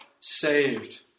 saved